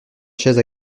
chaise